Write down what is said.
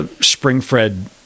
spring-fred